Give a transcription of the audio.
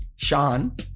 Sean